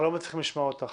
אנחנו צריכים לבחון את זה.